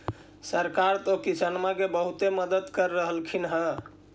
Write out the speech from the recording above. सरकार तो किसानमा के बहुते मदद कर रहल्खिन ह?